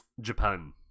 Japan